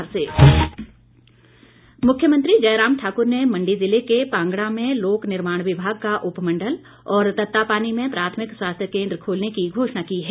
मुख्यमंत्री मुख्यमंत्री जयराम ठाक्र ने मंडी ज़िले के पांगणा में लोक निर्माण विभाग का उपमंडल और तत्तापानी में प्राथमिक स्वास्थय केन्द्र खोलने की घोषणा की है